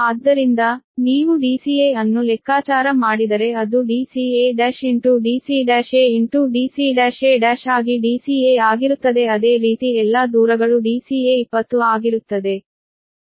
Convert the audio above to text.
ಆದ್ದರಿಂದ ನೀವು dca ಅನ್ನು ಲೆಕ್ಕಾಚಾರ ಮಾಡಿದರೆ ಅದು dca1 into dc1a into dc1a1 ಆಗಿ dca ಆಗಿರುತ್ತದೆ ಅದೇ ರೀತಿ ಎಲ್ಲಾ ದೂರಗಳು dca 20 ಆಗಿರುತ್ತದೆ